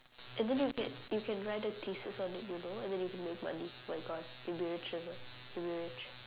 and then you can you can write a thesis on it you know and then you can make money oh my god you'll be rich you know you'll be rich